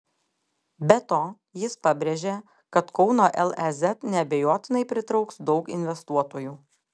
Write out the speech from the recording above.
be to jis pabrėžė kad kauno lez neabejotinai pritrauks daug investuotojų